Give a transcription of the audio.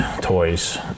toys